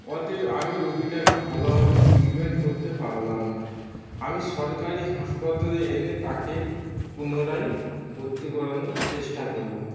অতএব আমি রোগীটাকে ভালোভাবে ট্রিটমেন্ট করতে পারলাম না আমি সরকরি হাসপাতালে এনে তাঁকে পুনরায় ভর্তি করানোর চেষ্টা করলাম